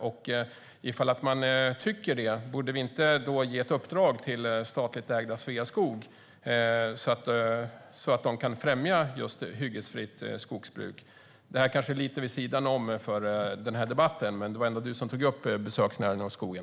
Om Liberalerna tycker det, borde vi då inte ge ett uppdrag till statligt ägda Sveaskog så att de kan främja ett hyggesfritt skogsbruk? Detta är kanske lite vid sidan om denna debatt, men det var ändå Lars Tysklind som tog upp besöksnäringen och skogen.